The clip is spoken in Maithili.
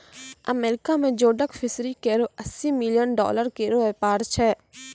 अमेरिका में जोडक फिशरी केरो अस्सी मिलियन डॉलर केरो व्यापार छै